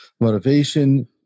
motivation